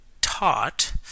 taught